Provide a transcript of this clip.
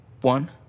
one